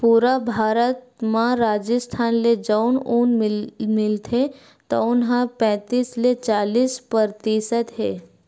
पूरा भारत म राजिस्थान ले जउन ऊन मिलथे तउन ह पैतीस ले चालीस परतिसत हे